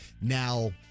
Now